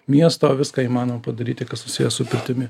miesto viską įmanoma padaryti kas susiję su pirtimi